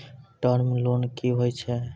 Term loan कि होय छै?